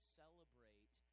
celebrate